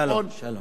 שלום, שלום.